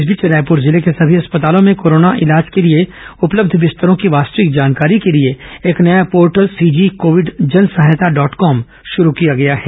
इस बीच रायपुर जिले के सभी अस्पतालों में कोरोना के इलाज के लिए उपलब्ध बिस्तरों की वास्तविक जानकारी के लिए एक नया पोर्टल सीजी कोविड जन सहायता डॉट कॉम श्ररू किया गया है